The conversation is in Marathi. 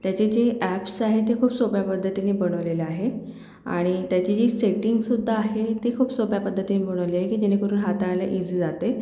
त्याचे जे अॅप्स आहे ते खूप सोप्या पद्धतीनी बनवलेल्या आहे आणि त्याची जी सेटिंग सुद्धा आहे ती खूप सोप्या पद्धतीनं बनवली आहे की जेणेकरून हाताळल्या इजी जाते